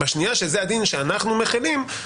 בשנייה שזה הדין שאנחנו מחילים,